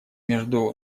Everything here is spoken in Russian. между